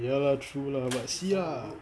ya lah true lah but see ah